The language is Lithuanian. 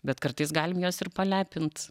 bet kartais galim juos ir palepint